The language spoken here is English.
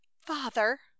Father